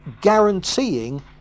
guaranteeing